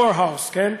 Powerhouse, כן,